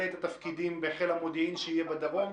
את התפקידים בחיל המודיעין שיהיה בדרום.